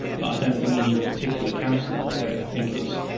but i don't think you need a particular counsellor for it, i think it's